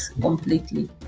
completely